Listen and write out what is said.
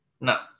No